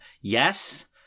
Yes